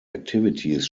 activities